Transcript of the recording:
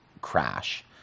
crash